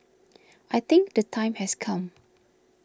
I think the time has come